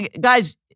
Guys